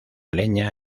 leña